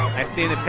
i've seen